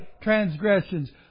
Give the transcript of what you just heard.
transgressions